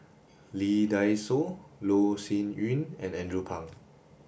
Lee Dai Soh Loh Sin Yun and Andrew Phang